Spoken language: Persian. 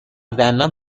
دندان